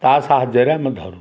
ତା ସାହାଯ୍ୟରେ ଆମେ ଧରୁ